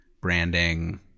branding